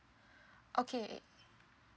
okay